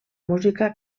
música